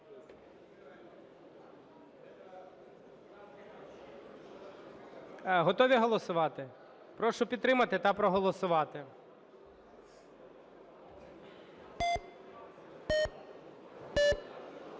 Готові голосувати? Прошу підтримати та проголосувати.